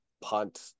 punt